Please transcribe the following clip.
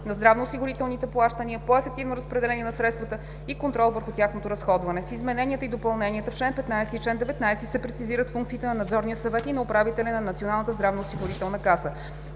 на здравноосигурителните плащания, по-ефективно разпределение на средствата и контрол върху тяхното разходване. С измененията и допълненията в чл. 15 и чл. 19 се прецизират функциите на Надзорния съвет и на управителя на Националната здравноосигурителна каса.